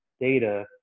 data